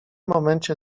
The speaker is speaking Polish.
momencie